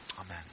Amen